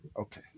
Okay